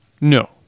no